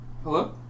Hello